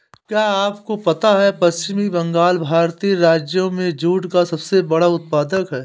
क्या आपको पता है पश्चिम बंगाल भारतीय राज्यों में जूट का सबसे बड़ा उत्पादक है?